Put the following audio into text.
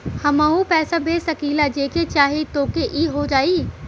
हमहू पैसा भेज सकीला जेके चाही तोके ई हो जाई?